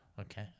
Okay